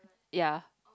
ya